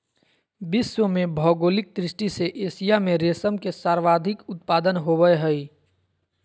विश्व में भौगोलिक दृष्टि से एशिया में रेशम के सर्वाधिक उत्पादन होबय हइ